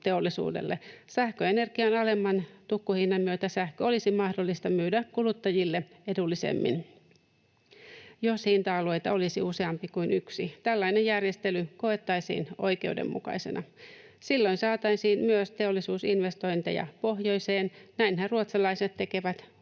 tuulivoimateollisuudelle, sähköenergian alemman tukkuhinnan myötä sähkö olisi mahdollista myydä kuluttajille edullisemmin. Jos hinta-alueita olisi useampi kuin yksi, tällainen järjestely koettaisiin oikeudenmukaisena. Silloin saataisiin myös teollisuusinvestointeja pohjoiseen. Näinhän ruotsalaiset tekevät